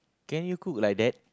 can you cook like that